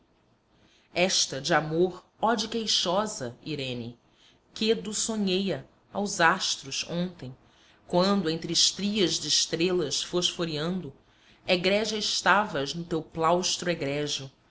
esta de amor onde queixosa irene quedo sonhei a aos astros ontem quando entre estrias de estrelas fosforeando egrégia estavas no teu plaustro